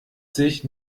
sich